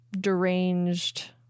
deranged